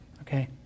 okay